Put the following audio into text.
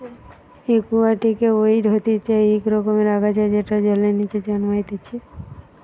একুয়াটিকে ওয়িড হতিছে ইক রকমের আগাছা যেটা জলের নিচে জন্মাইতিছে